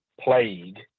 plague